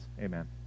Amen